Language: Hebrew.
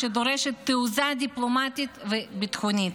שדורשת תעוזה דיפלומטית וביטחונית.